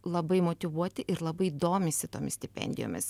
labai motyvuoti ir labai domisi tomis stipendijomis